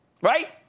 right